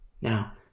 Now